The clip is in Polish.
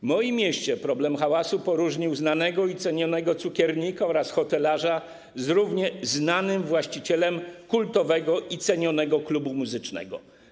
W moim mieście problem hałasu poróżnił znanego i cenionego cukiernika oraz hotelarza z równie znanym właścicielem kultowego i cenionego klubu muzycznego.